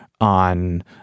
on